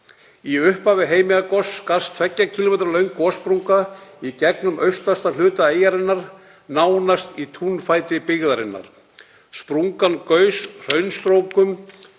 Í upphafi Heimaeyjargossins skarst 2 km löng gossprunga í gegnum austasta hluta eyjarinnar, nánast í túnfæti byggðarinnar. Sprungan gaus hraunstrokum